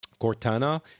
Cortana